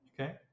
okay